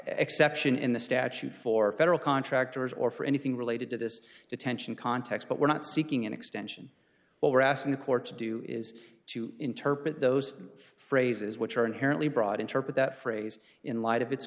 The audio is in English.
exception in the statute for federal contractors or for anything related to this detention context but we're not seeking an extension what we're asking the court to do is to interpret those phrases which are inherently broad interpret that phrase in light of its